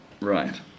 Right